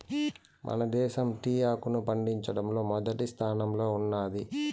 మన దేశం టీ ఆకును పండించడంలో మొదటి స్థానంలో ఉన్నాది